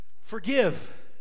forgive